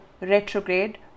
retrograde